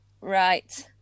Right